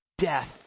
death